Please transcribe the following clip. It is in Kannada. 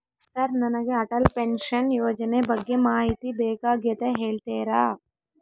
ಸರ್ ನನಗೆ ಅಟಲ್ ಪೆನ್ಶನ್ ಯೋಜನೆ ಬಗ್ಗೆ ಮಾಹಿತಿ ಬೇಕಾಗ್ಯದ ಹೇಳ್ತೇರಾ?